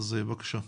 בבקשה.